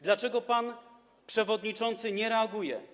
Dlaczego pan przewodniczący nie reaguje?